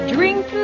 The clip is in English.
Drink